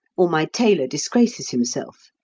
or my tailor disgraces himself,